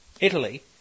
Italy